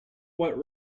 what